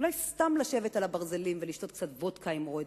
אולי סתם לשבת על הברזלים ולשתות קצת וודקה עם "רדבול".